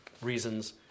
reasons